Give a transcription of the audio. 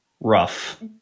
rough